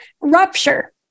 rupture